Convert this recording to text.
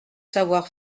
savoir